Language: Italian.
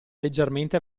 leggermente